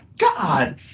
God